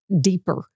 deeper